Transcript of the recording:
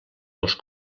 els